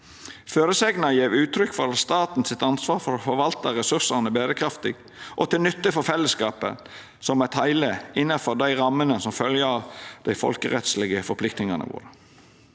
Føresegna gjev uttrykk for staten sitt ansvar for å forvalta ressursane berekraftig og til nytte for fellesskapen som eit heile innanfor dei rammene som følgjer av dei folkerettslege forpliktingane våre.